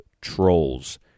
trolls